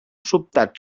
sobtat